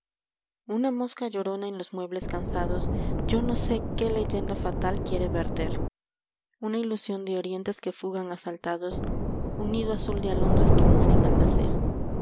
una mosca llorona en los muebles cansados yo no sé qué leyenda fatal quiere verter una ilusión de orientes que fugan asaltados un nido azul de alondras que mueren al nacer